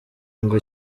ngo